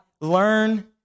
learn